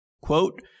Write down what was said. Quote